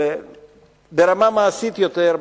ברמה מעשית יותר,